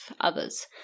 others